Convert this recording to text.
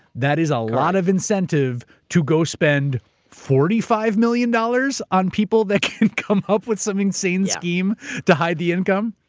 that is a lot of incentive to go spend forty five million dollars on people that can come up with some insane scheme to hide the income.